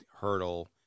hurdle